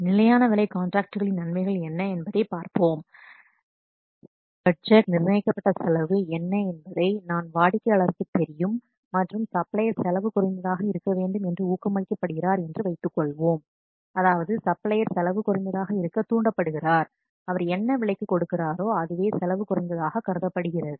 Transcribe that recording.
நிலையான விலை காண்ட்ராக்ட்களின் நன்மைகள் என்ன என்பதைப் பார்ப்போம் இந்த பட்ஜெட் நிர்ணயிக்கப்பட்ட செலவு என்ன என்பதை நான் வாடிக்கையாளருக்குத் தெரியும் மற்றும் சப்ளையர் செலவு குறைந்ததாக இருக்க வேண்டும் என்று ஊக்கமளிக்க படுகிறார் என்று வைத்துக்கொள்வோம் அதாவது சப்ளையர் செலவு குறைந்ததாக இருக்க தூண்டப்படுகிறார் அவர் என்ன விலைக்கு கொடுக்கிறாரோ அதுவே செலவு குறைந்ததாக கருதப்படுகிறது